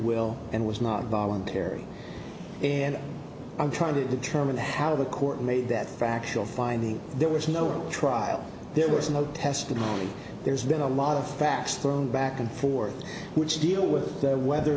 will and was not voluntary and i'm trying to determine how the court made that factual finding there was no trial there was no testimony there's been a lot of facts thrown back and forth which deal with the whether or